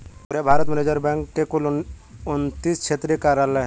पूरे भारत में reserve bank के कुल उनत्तीस क्षेत्रीय कार्यालय हैं